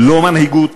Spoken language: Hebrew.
לא מנהיגות,